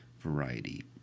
variety